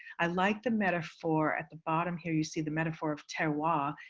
i like the metaphor at the bottom here you see the metaphor of terroir. ah